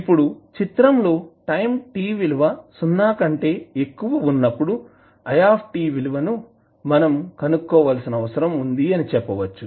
ఇప్పుడు చిత్రం లో టైం t విలువ 0 కంటే ఎక్కువ ఉన్నప్పుడు i విలువను మనం కనుక్కోవాల్సిన అవసరం ఉందిఅని చెప్పవచ్చు